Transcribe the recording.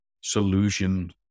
solution